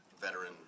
veteran